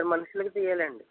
ఇద్దరు మనుషులకి తియ్యాలండి